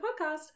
podcast